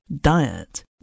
diet